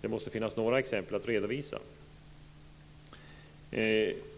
Det måste finnas några exempel att redovisa.